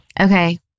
Okay